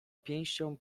pięścią